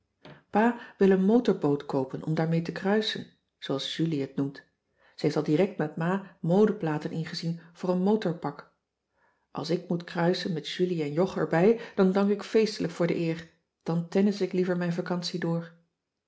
wil een motorboot koopen om daarmee te kruisen zooals julie het noemt ze heeft al direct met ma mode platen ingezien voor een motorpak als ik moet kruisen met julie en jog erbij dan dank ik feestelijk voor de eer dan tennis ik liever mijn vacantie door